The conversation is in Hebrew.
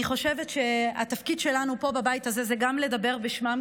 אני חושבת שהתפקיד שלנו פה בבית הזה הוא גם לדבר בשמן,